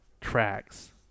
tracks